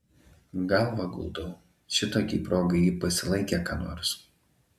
galvą guldau šitokiai progai ji pasilaikė ką nors